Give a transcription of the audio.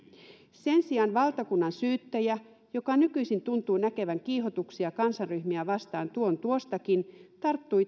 sen sijaan valtakunnansyyttäjä joka nykyisin tuntuu näkevän kiihotuksia kansanryhmiä vastaan tuon tuostakin tarttui